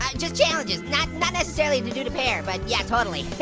um just challenges. not necessarily and to do to pear, but yes, totally.